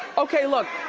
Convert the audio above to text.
okay, look,